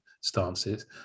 stances